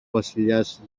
βασιλιάς